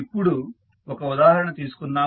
ఇప్పుడు ఒక ఉదాహరణ తీసుకుందాము